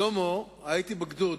שלמה היה אתי בגדוד,